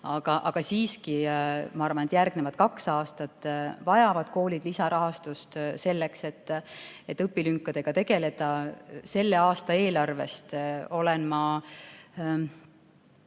Aga siiski ma arvan, et järgmised kaks aastat vajavad koolid lisarahastust selleks, et õpilünkadega tegeleda. Selle aasta eelarvest olen ma